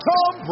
Tom